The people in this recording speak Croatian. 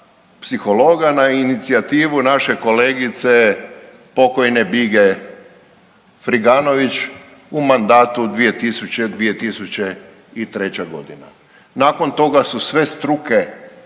psihologa na inicijativu naše kolegice pokojne Bige Friganović u mandatu 2000.-2003.g., nakon toga su sve struke